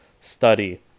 study